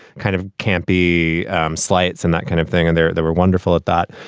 kind of campy slights and that kind of thing. and there there were wonderful at that.